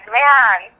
man